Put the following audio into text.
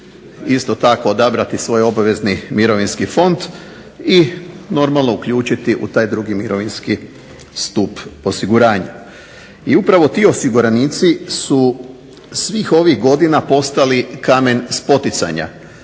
isto tako odabrati svoj obvezni mirovinski fond i normalno uključiti u taj 2. Mirovinski stup osiguranja. I upravo ti umirovljenici su svih ovih godina postali kamen spoticanja